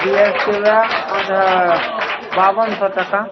B S के वएह पाँच हजार बावन सओ टाका